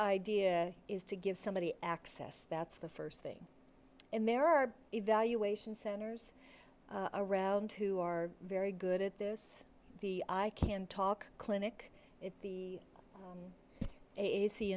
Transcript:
idea is to give somebody access that's the first thing and there are evaluation centers around who are very good at this the i can talk clinic the